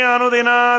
Anudina